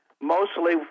mostly